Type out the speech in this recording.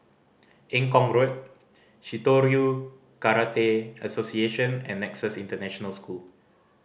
Eng Kong Road Shitoryu Karate Association and Nexus International School